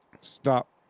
Stop